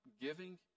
giving